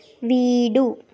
வீடு